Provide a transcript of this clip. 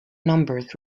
numbers